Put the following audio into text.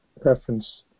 preference